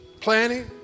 planning